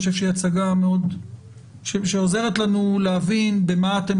אני חושב שההצגה עוזרת לנו להבין מה אתם